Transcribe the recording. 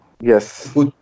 Yes